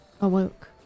awoke